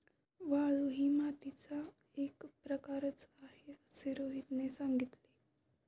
वाळू ही मातीचा एक प्रकारच आहे असे रोहितने सांगितले